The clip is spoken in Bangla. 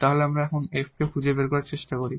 তাহলে আমরা এমন f কে খুঁজে বের করার চেষ্টা করি